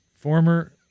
Former